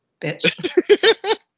bitch